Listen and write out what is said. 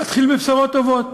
אתחיל בבשורות טובות: